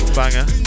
banger